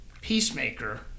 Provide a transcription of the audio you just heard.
Peacemaker